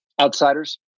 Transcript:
Outsiders